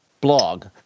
blog